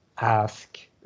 ask